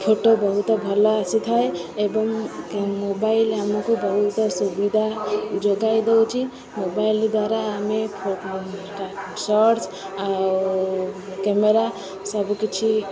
photo ବହୁତ ଭଲ ଆସିଥାଏ ଏବଂ ମୋବାଇଲ ଆମକୁ ବହୁତ ସୁବିଧା ଯୋଗାଇ ଦେଉଛି ମୋବାଇଲ ଦ୍ୱାରା ଆମେ ସର୍ଟସ ଆଉ କ୍ୟାମେରା ସବୁକିଛି